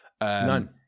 None